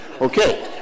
okay